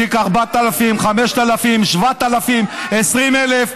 תיק 4000, 5000, 7000, 20000,